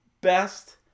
best